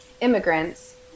immigrants